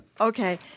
Okay